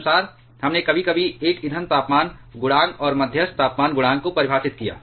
तदनुसार हमने कभी कभी एक ईंधन तापमान गुणांक और मध्यस्थ तापमान गुणांक को परिभाषित किया